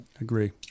agree